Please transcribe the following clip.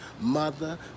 mother